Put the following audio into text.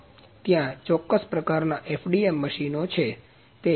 ત્યાં ચોક્કસ પ્રકારના FDM મશીનો છે